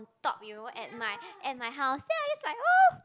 top you know at my at my house then I just like oh